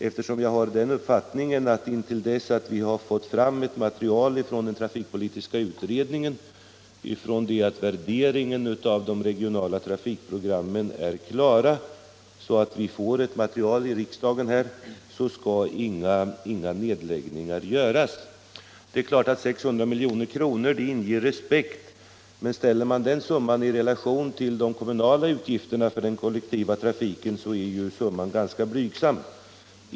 Jag har nämligen den uppfattningen att intill dess att vi har fått fram material från den trafikpolitiska utredningen och värderingen av de regionala trafikprogram järnvägslinjer, 110 men är klar så att vi får ett material i riksdagen skall inga nedläggningar göras. En summa på 600 milj.kr. inger naturligtvis respekt, men ställer man den i relation till de kommunala utgifterna för den kollektiva trafiken är den ganska blygsam.